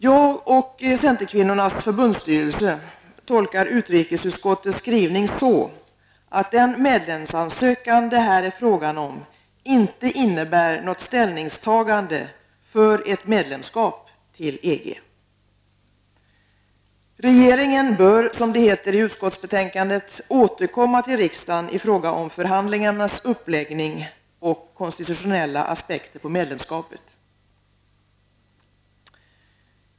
Jag och centerkvinnornas förbundsstyrelse tolkar utrikesutskottets skrivning så, att den medlemsansökan det här är fråga om inte innebär något ställningstagande för ett medlemskap i EG. Regeringen bör, som det heter i utskottsbetänkandet, återkomma till riksdagen i fråga om förhandlingarnas uppläggning och konstitutionella aspekter på medlemskapet.